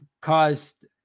caused